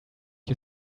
you